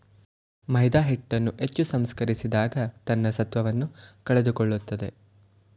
ಮೈದಾಹಿಟ್ಟನ್ನು ಹೆಚ್ಚು ಸಂಸ್ಕರಿಸಿದಾಗ ತನ್ನ ಸತ್ವವನ್ನು ಕಳೆದುಕೊಳ್ಳುತ್ತದೆ